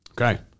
Okay